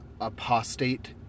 apostate